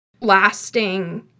lasting